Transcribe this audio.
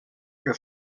que